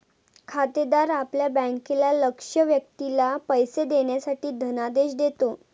खातेदार आपल्या बँकेला लक्ष्य व्यक्तीला पैसे देण्यासाठी धनादेश देतो